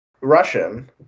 Russian